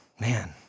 man